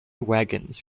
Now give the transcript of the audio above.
wagons